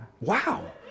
wow